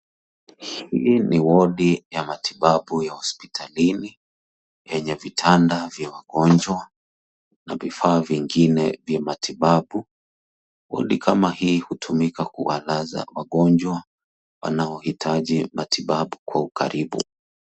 Hii ni wodi ya matibabu ya hospitalini yenye vitanda vya wagonjwa na vifaa vingine vya matibabu. Wodi kama hii hutumika kuwalaza wagonjwa wanaohitaji matibabu kwa ukaribu.